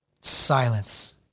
Silence